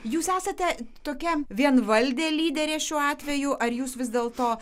jūs esate tokia vienvaldė lyderė šiuo atveju ar jūs vis dėlto